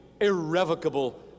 irrevocable